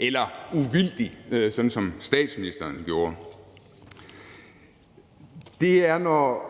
eller »uvildig«, sådan som statsministeren gjorde. Kl. 15:56 Det er, når